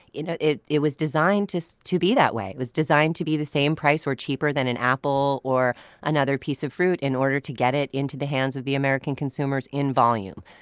ah it it was designed to so to be that way. it was designed to be the same price or cheaper than an apple or another piece of fruit, in order to get it into the hands of the american consumers in volume.